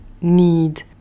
need